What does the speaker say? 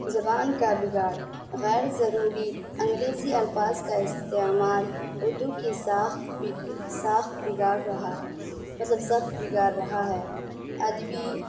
زبان کا بگاڑ غیر ضروری انگریزی الفاظ کا استعمال اردو کی ساخ ساخت بگاڑ رہا ہے مطلب سخت بگڑ رہا ہے ادبی